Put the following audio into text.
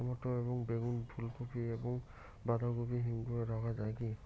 Tomato এবং বেগুন এবং ফুলকপি এবং বাঁধাকপি হিমঘরে রাখা যায় কি?